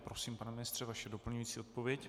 Prosím, pane ministře, vaše doplňující odpověď.